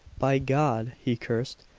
by god! he cursed.